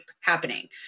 happening